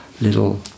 little